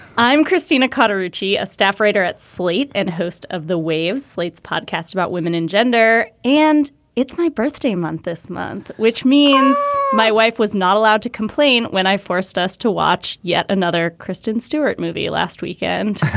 i'm kristina cutter ritchie a staff writer at slate and host of the wave slate's podcast about women and gender and it's my birthday month this month which means my wife was not allowed to complain when i forced us to watch yet another kristen stewart movie last weekend.